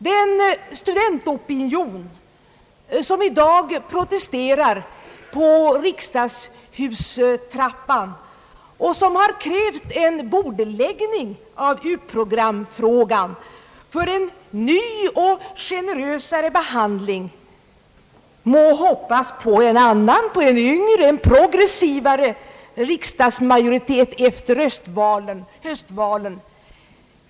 Den studentopinion som i dag protesterar på riksdagshustrappan och som krävt en bordläggning av u-programfrågan för en ny och: generösare behandling må hoppas på en annan, på en yngre och progressivare riksdagsmajoritet efter höstvalen.